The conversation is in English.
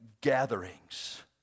gatherings